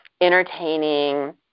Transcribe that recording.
entertaining